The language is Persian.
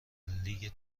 لیگ